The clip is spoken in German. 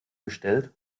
gestellt